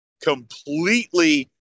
completely